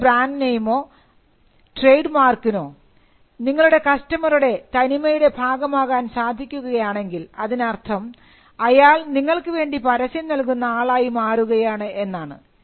നിങ്ങളുടെ ബ്രാൻഡ് നെയിമിനോ ട്രേഡ് മാർക്കിനോ നിങ്ങളുടെ കസ്റ്റമറുടെ തനിമയുടെ ഭാഗമാകാൻ സാധിക്കുകയാണെങ്കിൽ അതിനർത്ഥം അയാൾ നിങ്ങൾക്ക് വേണ്ടി പരസ്യം നൽകുന്ന ആളായി മാറുകയാണ് എന്നാണ്